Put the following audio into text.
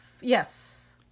Yes